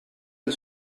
del